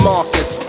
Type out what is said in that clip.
Marcus